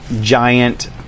giant